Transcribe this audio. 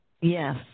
Yes